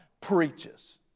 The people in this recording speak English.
preaches